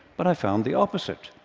but i found the opposite,